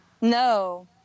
No